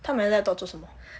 他买 laptop 做什么